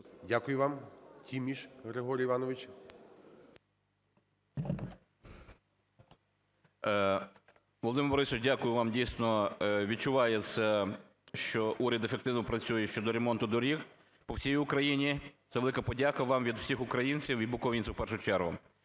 Дякую вам. Тіміш Григорій Іванович. 10:51:33 ТІМІШ Г.І. Володимир Борисович, дякую вам. Дійсно, відчувається, що уряд ефективно працює щодо ремонту доріг по всій Україні. Це велика подяка вам від всіх українців і буковинців, в першу чергу.